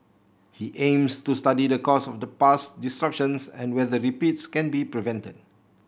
he aims to study the cause of the past disruptions and whether repeats can be prevented